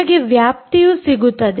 ನಿಮಗೆ ವ್ಯಾಪ್ತಿಯು ಸಿಗುತ್ತದೆ